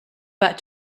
back